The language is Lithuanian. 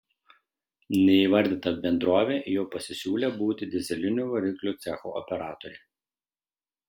neįvardyta bendrovė jau pasisiūlė būti dyzelinių variklių cecho operatore